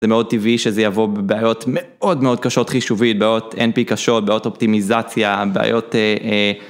זה מאוד טבעי שזה יבוא בבעיות מאוד מאוד קשות חישובית, בעיות NP קשות, בעיות אופטימיזציה, בעיות אה...